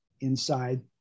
inside